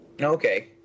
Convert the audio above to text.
Okay